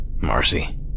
Marcy